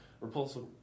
repulsive